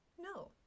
no